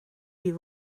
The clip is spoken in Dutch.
die